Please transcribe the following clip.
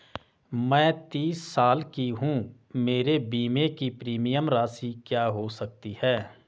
मैं तीस साल की हूँ मेरे बीमे की प्रीमियम राशि क्या हो सकती है?